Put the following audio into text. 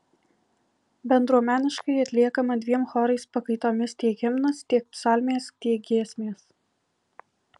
bendruomeniškai atliekama dviem chorais pakaitomis tiek himnas tiek psalmės tiek giesmės